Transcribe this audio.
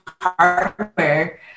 hardware